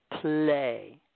play